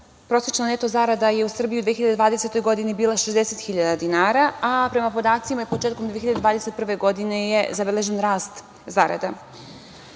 prosečna neto zarada je u Srbiji u 2020. godini bila 60.000 dinara, a prema podacima je početkom 2021. godine zabeležen rast zarada. Srbija